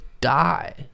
die